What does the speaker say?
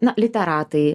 na literatai